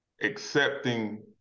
accepting